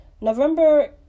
November